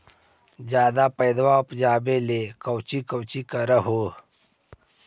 ज्यादा प्यजबा उपजाबे ले कौची कौची कर हो?